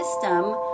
system